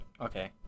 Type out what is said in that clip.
okay